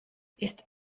ist